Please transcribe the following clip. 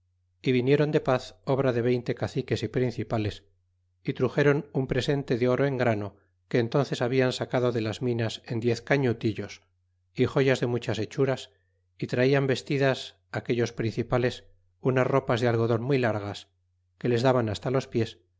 y vinieron de paz obra de veinte caciques y principales y ti uxeron un presente de oro en grano que entúnces habian sacado de las minas en diez cañutillos y joyas de muchas hechuras y traian vestidas aquellos principales unas ropas de algodon muy largas que les daba hasta los pies